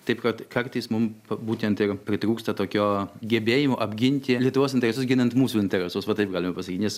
taip kad kartais mum būtent ir pritrūksta tokio gebėjimo apginti lietuvos interesus ginant mūsų interesus va taip galima pasakyt nes